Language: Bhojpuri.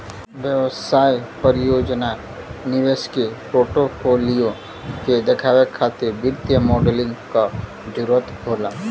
व्यवसाय परियोजना निवेश के पोर्टफोलियो के देखावे खातिर वित्तीय मॉडलिंग क जरुरत होला